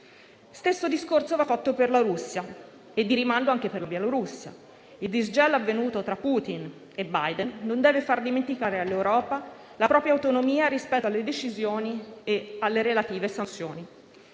Stesso discorso va fatto per la Russia e, di rimando, anche per la Bielorussia. Il disgelo avvenuto tra Putin e Biden non deve far dimenticare all'Europa la propria autonomia rispetto alle decisioni e alle relative sanzioni.